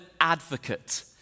advocate